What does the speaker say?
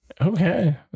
Okay